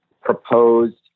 proposed